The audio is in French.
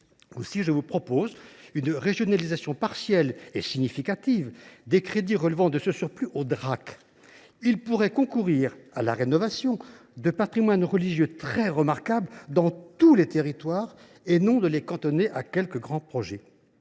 Aussi, je vous propose une régionalisation partielle, mais significative de ce surplus, grâce auquel les Drac pourraient concourir à la rénovation de patrimoines religieux très remarquables dans tous les territoires, au lieu de les cantonner à quelques grands projets.